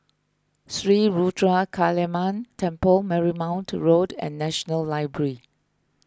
Sri Ruthra Kaliamman Temple Marymount Road and National Library